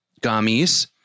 gummies